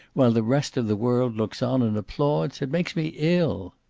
while the rest of the world looks on and applauds! it makes me ill.